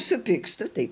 supykstu tai